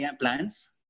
plans